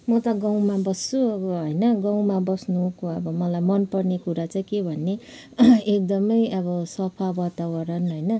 म त गाउँमा बस्छु अब होइन गाउँमा बस्नुको अब मलाई मनपर्ने कुरा चाहिँ के भने एकदमै अब सफा वातावरण होइन